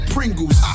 Pringles